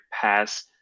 pass